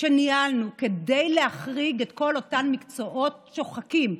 שניהלנו כדי להחריג את כל אותם מקצועות שוחקים,